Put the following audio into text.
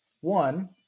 One